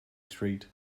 street